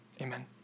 Amen